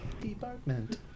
department